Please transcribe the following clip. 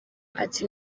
ati